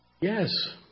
Yes